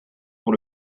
pour